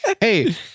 Hey